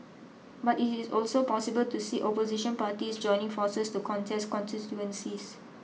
but it is also possible to see Opposition parties joining forces to contest constituencies